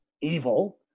evil